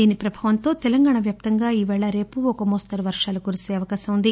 దీని ప్రభావంతో తెలంగాణ వ్యాప్తంగా ఈరోజు రేపు ఓ మోస్తరు వర్షాలు కురిసే అవకాశం ఉంది